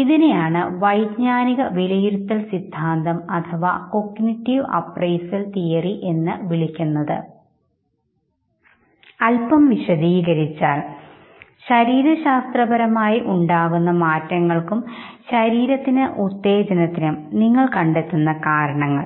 ഇതിനെയാണ് വൈജ്ഞാനിക വിലയിരുത്തൽ സിദ്ധാന്തംഎന്ന് വിളിക്കുന്നത് അല്പം വിശദീകരിച്ചാൽ ശരീരശാസ്ത്രപരമായി ഉണ്ടാകുന്ന മാറ്റങ്ങൾക്കും ശരീരത്തിന് ഉത്തേജനത്തിനും നിങ്ങൾ കണ്ടെത്തുന്ന കാരണങ്ങൾ